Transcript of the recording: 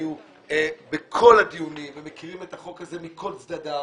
- שהיו בכל הדיונים ומכירים את החוק הזה מכל צדדיו,